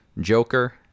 Joker